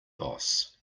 boss